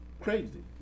crazy